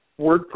WordPress